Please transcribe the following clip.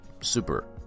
super